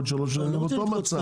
בעוד שלוש שנים אותו מצב,